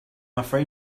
afraid